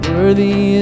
Worthy